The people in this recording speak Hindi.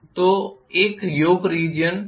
तो एक योक रीजन होगा